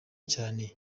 cyane